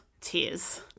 tears